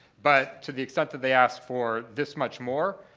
but to the extent that they ask for this much more,